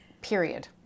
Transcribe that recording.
Period